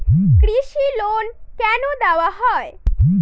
কৃষি লোন কেন দেওয়া হয়?